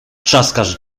trzaskasz